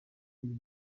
uyu